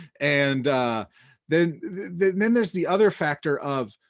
and then then there's the other factor of